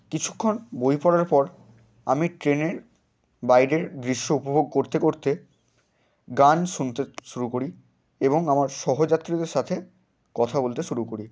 কিছুক্ষণ বই পড়ার পর আমি ট্রেনের বাইরের দৃশ্য উপভোগ করতে করতে গান শুনতে শুরু করি এবং আমার সহযাত্রীদের সাথে কথা বলতে শুরু করি